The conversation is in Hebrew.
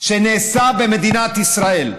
שנעשתה במדינת ישראל.